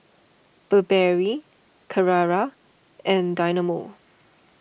Burberry Carrera and Dynamo